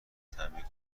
تعمیر